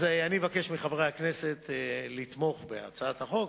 אני אבקש מחברי הכנסת לתמוך בהצעת החוק.